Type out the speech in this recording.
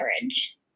courage